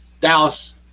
Dallas